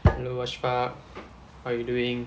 hello how you doing